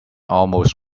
almost